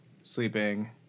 sleeping